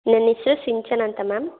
ನನ್ನ ಹೆಸ್ರು ಸಿಂಚನಾ ಅಂತ ಮ್ಯಾಮ್